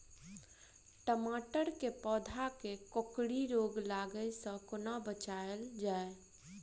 टमाटर केँ पौधा केँ कोकरी रोग लागै सऽ कोना बचाएल जाएँ?